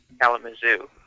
Kalamazoo